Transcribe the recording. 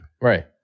Right